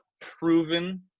proven –